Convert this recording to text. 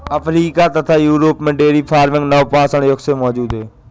Africa तथा Europe में dairy farming नवपाषाण युग से मौजूद है